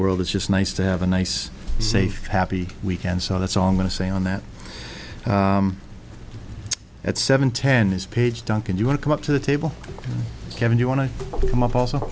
world it's just nice to have a nice safe happy weekend so that's all i'm going to say on that at seven ten is paige duncan you want to come up to the table kevin you want to come up also